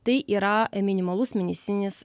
tai yra minimalus mėnesinis